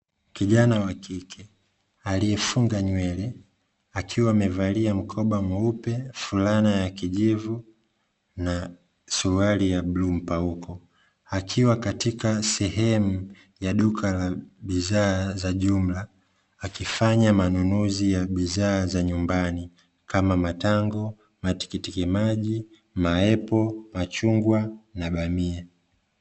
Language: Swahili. Kijana wa kike aliyefunga nywele, akiwa amevalia mkoba mweupe, fulana za kijivu na suruali ya bluu mpauko. Akiwa katika sehemu ya duka la bidhaa za jumla akifanya manunuzi ya bidhaa za nyumbani kama: matango, matikiti maji, maepo, machungwa na bamia.